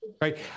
right